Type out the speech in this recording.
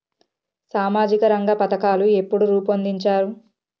సామాజిక రంగ పథకాలు ఎప్పుడు రూపొందించారు?